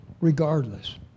regardless